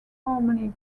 harmony